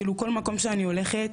כאילו כל מקום שאני הולכת